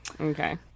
Okay